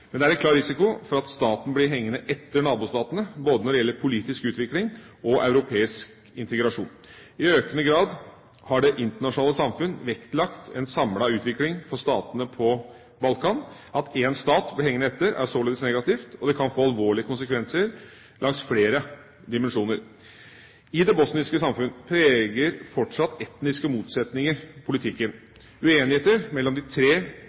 Men det er en klar risiko for at staten blir hengende etter nabostatene, både når det gjelder politisk utvikling og europeisk integrasjon. I økende grad har det internasjonale samfunn vektlagt en samlet utvikling for statene på Balkan. At én stat blir hengende etter, er således negativt, og det kan få alvorlige konsekvenser langs flere dimensjoner. I det bosniske samfunn preger fortsatt etniske motsetninger politikken. Uenigheter mellom de tre